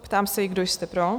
Ptám se, kdo jste pro?